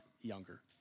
younger